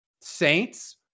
Saints